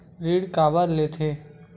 ऋण काबर लेथे?